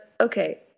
Okay